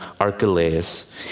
Archelaus